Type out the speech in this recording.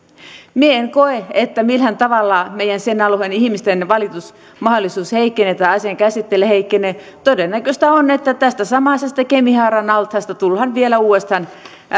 minä en koe että millään tavalla meidän sen alueen ihmisten valitusmahdollisuus tai asian käsittely heikkenee todennäköistä on että tästä samaisesta kemihaaran altaasta tullaan vielä uudestaan